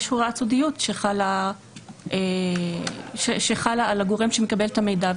יש הוראת סודיות שחלה על הגורם שמקבל את המידע,